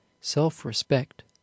self-respect